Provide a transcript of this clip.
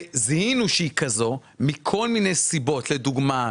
זיהינו שהיא כזו מכל מיני סיבות לדוגמא,